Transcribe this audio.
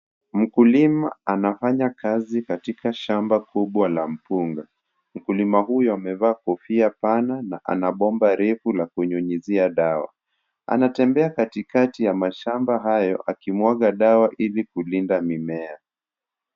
Mkulima anafanya kazi katika shamba kubwa la mkunga, mkulima huyu amevaa kofia pana na ana bomba refu la kunyunyuzia dawa, anatembea katikati ya mashamba hayo akimwaga dawa ili kulinda mimea.